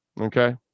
Okay